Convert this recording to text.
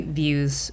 views